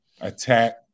attack